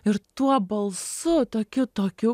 ir tuo balsu tokiu tokiu